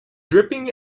dripping